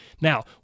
Now